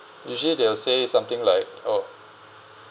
usually they will say something like oh